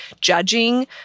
judging